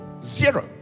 Zero